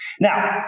Now